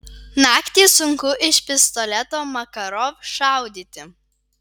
naktį sunku iš pistoleto makarov šaudyti